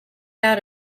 out